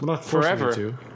forever